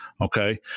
Okay